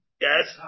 Yes